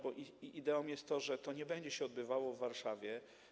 Bo ich ideą jest to, że to nie będzie się odbywało w Warszawie.